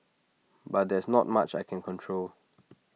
but there's not much I can control